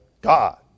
God